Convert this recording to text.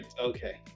Okay